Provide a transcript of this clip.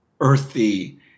earthy